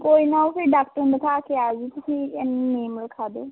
ਕੋਈ ਨਾ ਉਹ ਫਿਰ ਡਾਕਟਰ ਨੂੰ ਦਿਖਾ ਕੇ ਆ ਜਿਓ ਤੁਸੀਂ ਇੰਨੇ ਨੂੰ ਨੇਮ ਲਿਖਾ ਦਿਓ